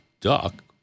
duck